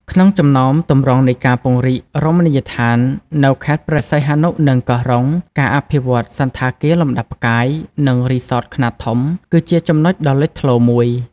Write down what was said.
ក្នុងចំណោមទម្រង់នៃការពង្រីករមណីយដ្ឋាននៅខេត្តព្រះសីហនុ និងកោះរ៉ុង ការអភិវឌ្ឍ សណ្ឋាគារលំដាប់ផ្កាយ និង រីសតខ្នាតធំ គឺជាចំណុចដ៏លេចធ្លោមួយ។